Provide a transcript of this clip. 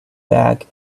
bag